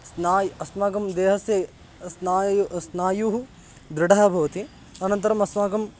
स्नायुः अस्माकं देहस्य स्नायुः स्नायुः दृढः भवति अनन्तरम् अस्माकं